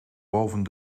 boven